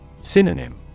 Synonym